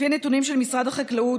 לפני נתונים של משרד החקלאות,